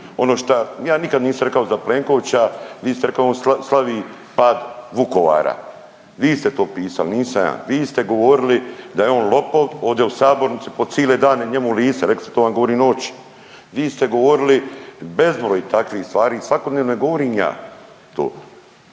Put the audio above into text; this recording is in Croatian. Ono šta ja nikad nisam rekao za Plenkovića, vi ste rekli on slavi pad Vukovara, vi ste to pisali nisam ja, vi ste govorili da je on lopov ovdje u sabornici po cile dane njemu u lice. Rekli ste to vam govorim u oči. Vi ste govorili bezbroj takvih stvari svakodnevne, ne govorim ja